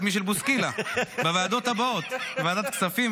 מישל בוסקילה בוועדות הבאות: בוועדת הכספים,